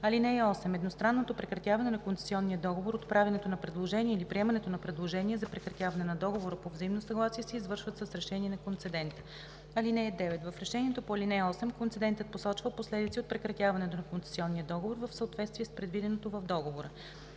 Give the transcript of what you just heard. (8) Едностранното прекратяване на концесионния договор, отправянето на предложение или приемането на предложение за прекратяване на договора по взаимно съгласие се извършват с решение на концедента. (9) В решението по ал. 8 концедентът посочва последиците от прекратяването на концесионния договор в съответствие с предвиденото в договора.